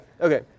Okay